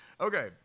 Okay